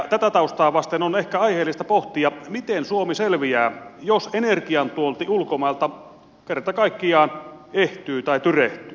tätä taustaa vasten on ehkä aiheellista pohtia miten suomi selviää jos energiantuonti ulkomailta kerta kaikkiaan ehtyy tai tyrehtyy